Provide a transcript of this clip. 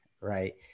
right